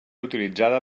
utilitzada